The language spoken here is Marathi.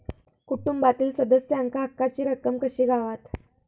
कुटुंबातील सदस्यांका हक्काची रक्कम कशी गावात?